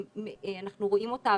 אנחנו רואים אותה,